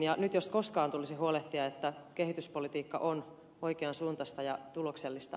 ja nyt jos koskaan tulisi huolehtia että kehityspolitiikka on oikean suuntaista ja tuloksellista